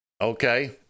Okay